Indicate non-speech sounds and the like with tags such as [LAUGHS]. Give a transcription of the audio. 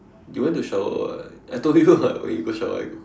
you went to shower [what] I told you [what] [LAUGHS] when you go shower I go